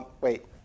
Wait